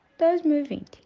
2020